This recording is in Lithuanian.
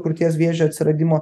krūties vėžio atsiradimo